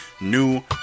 New